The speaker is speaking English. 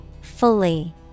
Fully